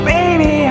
Baby